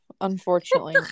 unfortunately